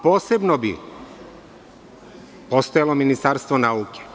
Posebno bi postojalo Ministarstvo nauke.